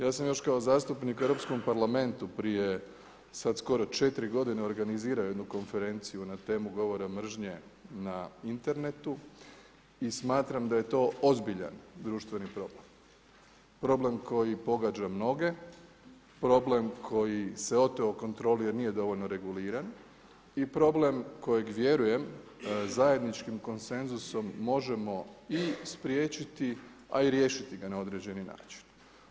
Ja sam još kao zastupnik u Europskom parlamentu prije sad skoro četiri godine organizirao jednu konferenciju na temu govora mržnje na internetu i smatram da je to ozbiljan društveni problem, problem koji pogađa mnoge, problem koji se oteo kontrole jer nije dovoljno reguliran i problem kojeg vjerujem zajedničkim konsenzusom možemo i spriječiti, a i riješiti ga na određeni način.